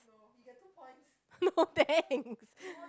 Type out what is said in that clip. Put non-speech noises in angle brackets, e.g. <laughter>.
<laughs> no thanks